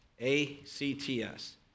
A-C-T-S